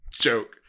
Joke